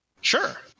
Sure